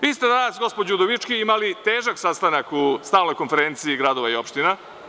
Vi ste danas, gospođo Udovički, imali težak sastanak u Stalnoj konferenciji gradova i opština.